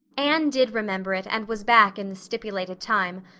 anne did remember it and was back in the stipulated time,